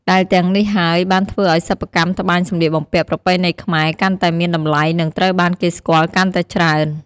ដែលទាំងនេះហើយបានធ្វើឲ្យសិប្បកម្មត្បាញសម្លៀកបំពាក់ប្រពៃណីខ្មែរកាន់តែមានតម្លៃ និងត្រូវបានគេស្គាល់កាន់តែច្រើន។